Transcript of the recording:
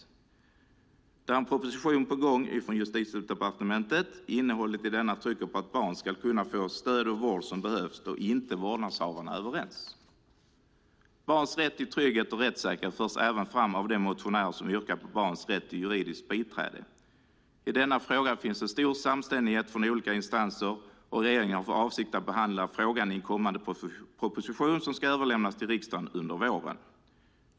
Här är en proposition på gång från Justitiedepartementet. Innehållet i denna trycker på att barn ska kunna få det stöd och vård som behövs då vårdnadshavarna inte är överens. Barns rätt till trygghet och rättssäkerhet förs även fram av de motionärer som yrkar på barns rätt till juridiskt biträde. I denna fråga finns en stor samstämmighet från olika instanser, och regeringen har för avsikt att behandla frågan i en kommande proposition som ska överlämnas till riksdagen under våren.